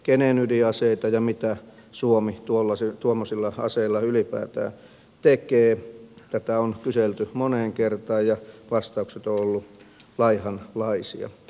kenen ydinaseita ja mitä suomi tuommoisilla aseilla ylipäätään tekee tätä on kyselty moneen kertaan ja vastaukset ovat olleet laihanlaisia